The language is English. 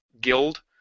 guild